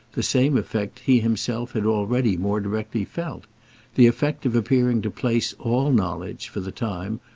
the same effect he himself had already more directly felt the effect of appearing to place all knowledge, for the time,